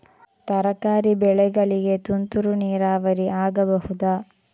ತರಕಾರಿ ಬೆಳೆಗಳಿಗೆ ತುಂತುರು ನೀರಾವರಿ ಆಗಬಹುದಾ?